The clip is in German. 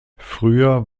früher